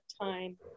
time